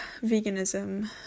veganism